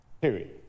Period